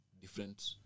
different